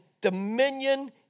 dominion